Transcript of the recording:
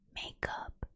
makeup